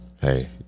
hey